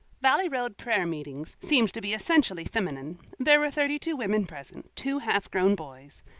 valley road prayer-meetings seemed to be essentially feminine. there were thirty-two women present, two half-grown boys,